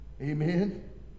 Amen